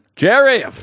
Jerry